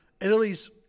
Italy's